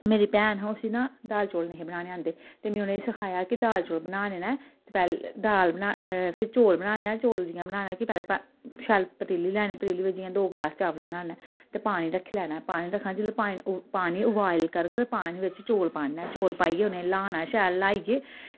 मेरी भैन ही ना उस्सी दाल चौल बनाना निं हे आंदे ते में उनें सखाया कि दाल चौल बनाने न ते फिर चौल बनाना ऐ चौल जियां बनाने की पैह्लें शैल पतीली लैनी पतीली च जियां दो गलास चावल बनाने ते पानी रक्खी लैना ते पानी पानी रक्खन जेल्लै पानी उबाल करग ते पानी बिच चौल पाने ते चौल पाइयै उनेंगी ल्हाना ऐ ते शैल ल्हाइयै